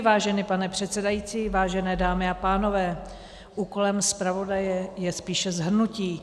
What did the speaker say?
Vážený pane předsedající, vážené dámy a pánové, úkolem zpravodaje je spíše shrnutí.